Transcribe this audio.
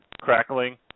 crackling